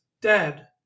dead